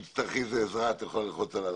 אם תצטרכי עזרה, את יכולה ללחוץ על הלחצן.